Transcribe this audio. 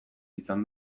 izan